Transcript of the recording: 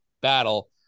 battle